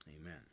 Amen